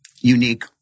unique